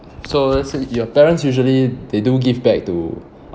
so so your parents usually they do give back to